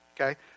Okay